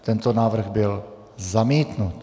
Tento návrh byl zamítnut.